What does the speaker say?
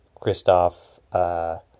Kristoff